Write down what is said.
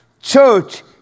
Church